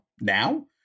now